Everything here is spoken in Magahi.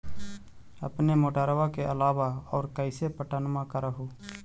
अपने मोटरबा के अलाबा और कैसे पट्टनमा कर हू?